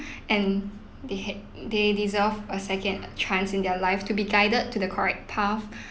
and they had they deserve a second uh chance in their life to be guided to the correct path